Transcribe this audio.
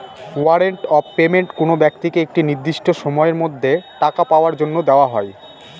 warrant of payment কোনো ব্যক্তিকে একটা নির্দিষ্ট সময়ের মধ্যে টাকা পাওয়ার জন্য দেওয়া হয়